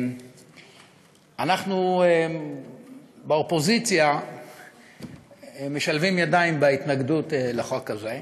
אנחנו באופוזיציה משלבים ידיים בהתנגדות לחוק הזה,